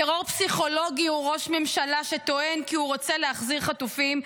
טרור פסיכולוגי הוא ראש ממשלה שטוען כי הוא רוצה להחזיר חטופים,